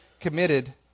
committed